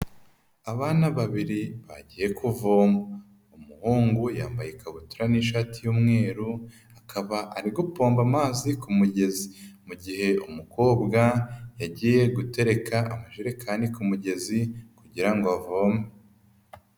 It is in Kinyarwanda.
Abana babiri bagiye kuvoma, umuhungu yambaye ikabutura n'ishati y'umweru, akaba ari gupomba amazi ku mugezi, mu gihe umukobwa yagiye gutereka amajerekani ku mugezi kugira ngo avome.